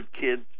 kids